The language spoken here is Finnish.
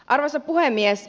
arvoisa puhemies